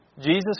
Jesus